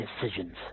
decisions